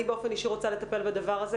אני באופן אישי רוצה לטפל בדבר הזה,